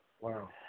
Wow